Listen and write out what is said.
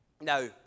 Now